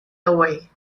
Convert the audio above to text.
away